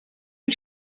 wyt